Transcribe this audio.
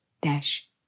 dash